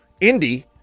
Indy